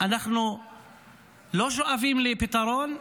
אנחנו לא שואפים לפתרון,